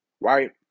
right